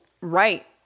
right